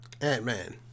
Ant-Man